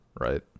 right